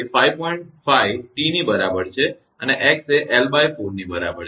5T ની બરાબર છે અને x એ 𝑙4 ની બરાબર છે